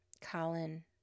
Colin